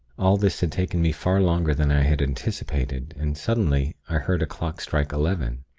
all this had taken me far longer than i had anticipated and, suddenly, i heard a clock strike eleven.